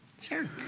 Sure